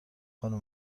خانم